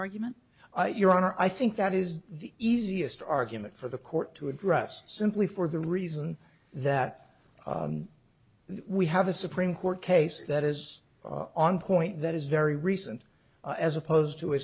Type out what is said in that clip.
argument your honor i think that is the easiest argument for the court to address simply for the reason that we have a supreme court case that is on point that is very recent as opposed to a